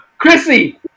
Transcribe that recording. Chrissy